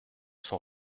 sont